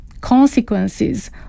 consequences